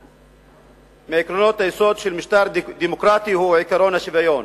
אחד מעקרונות היסוד של משטר דמוקרטי הוא עקרון השוויון.